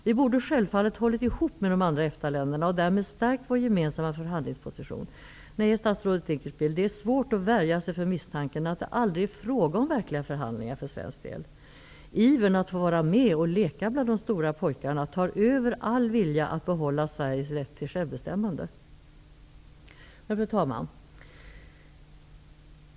Vi borde självfallet ha hållit ihop med de andra EFTA länderna och därmed stärkt vår gemensamma förhandlingsposition. Nej, statsrådet Dinkelspiel, det är svårt att värja sig för misstanken att det aldrig är fråga om verkliga förhandlingar för svensk del. Ivern att få vara med och leka med de stora pojkarna är starkare än viljan att behålla Sveriges rätt till självbestämmande. Fru talman!